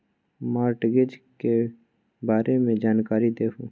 Mortgage के बारे में जानकारी देहु?